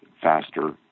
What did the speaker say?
faster